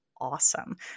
awesome